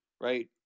right